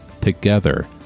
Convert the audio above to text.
Together